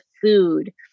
food